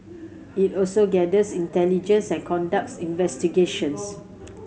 it also gathers intelligence and conducts investigations